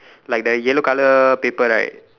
like the yellow colour paper right